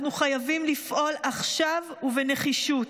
אנחנו חייבים לפעול עכשיו ובנחישות.